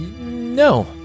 No